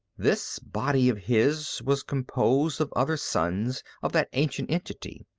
this body of his was composed of other sons of that ancient entity.